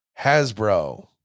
Hasbro